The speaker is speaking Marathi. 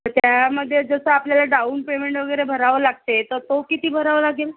तर त्यामध्ये जसं आपल्याला डाउन पेमेंट वगैरे भरावं लागते तर तो किती भरावं लागेल